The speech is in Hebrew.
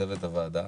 לצוות הוועדה,